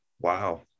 Wow